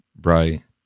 Right